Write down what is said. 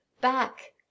back